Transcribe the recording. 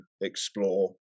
explore